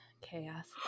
Chaos